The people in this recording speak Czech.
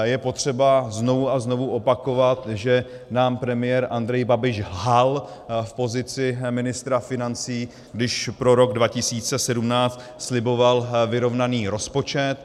Je potřeba znovu a znovu opakovat, že nám premiér Andrej Babiš lhal v pozici ministra financí, když pro rok 2017 sliboval vyrovnaný rozpočet.